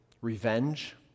revenge